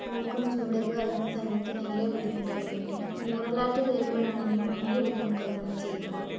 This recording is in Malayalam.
മൂക്കും ചുണ്ടൊക്കെ വരയ്ക്കുന്ന സമയത്ത് ഭയങ്കര ബുദ്ധിമുട്ടായിട്ട് തോന്നി മ്യൂറൽ ആയിട്ട് ചെയ്യുമ്പോഴാണെങ്കിലും ഭയങ്കര ബുദ്ധിമുട്ടായിരുന്നു അത് ചെയ്യുമ്പോൾ